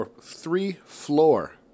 three-floor